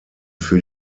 für